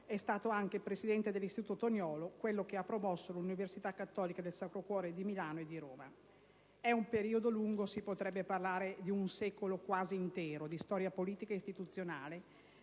è stato anche presidente dell'Istituto Toniolo, quello che ha promosso l'Università cattolica del Sacro Cuore di Milano e di Roma. È un periodo lungo, si potrebbe parlare di un secolo quasi intero di storia politica e istituzionale